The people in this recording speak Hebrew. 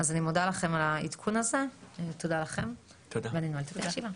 אז אני מודה לכם על העדכון הזה ואני נועלת את הישיבה.